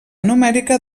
numèrica